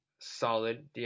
solid